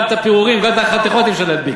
גם את הפירורים, גם את החתיכות אי-אפשר להדביק.